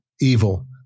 evil